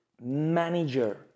manager